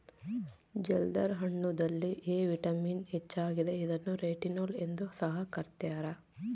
ಜಲ್ದರ್ ಹಣ್ಣುದಲ್ಲಿ A vitamin ಹೆಚ್ಚಾಗಿದೆ ಇದನ್ನು ರೆಟಿನೋಲ್ ಎಂದು ಸಹ ಕರ್ತ್ಯರ